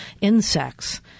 insects